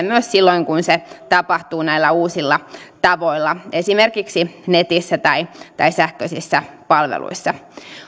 myös silloin kun se tapahtuu näillä uusilla tavoilla esimerkiksi netissä tai tai sähköisissä palveluissa